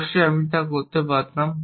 অবশ্যই আমি তা করতে পারতাম